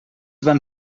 van